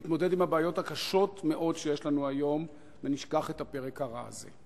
נתמודד עם הבעיות הקשות מאוד שיש לנו היום ונשכח את הפרק הרע הזה.